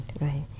right